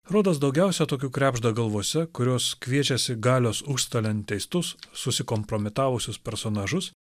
rodos daugiausia tokių krebžda galvose kurios kviečiasi galios užstalėn teistus susikompromitavusius personažus